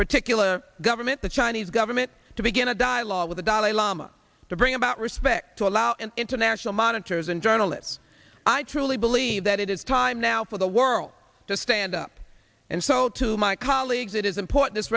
particular government the chinese government to begin a dialogue with the dalai lama to bring about respect to allow an international monitors and journalists i truly believe that it is time now for the world to stand up and so to my colleagues it is important